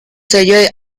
sello